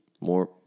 More